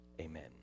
amen